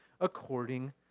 according